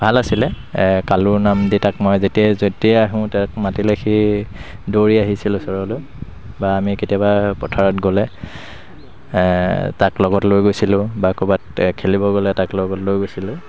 ভাল আছিলে কালুৰ নাম দি মই তাক যেতিয়া যেতিয়াই আহোঁ তাক মাতিলে সি দৌৰি আহিছিল ওচৰলৈ বা আমি কেতিয়াবা পথাৰত গ'লে তাক লগত লৈ গৈছিলোঁ বা ক'ৰবাত খেলিব গ'লে তাক লগত লৈ গৈছিলোঁ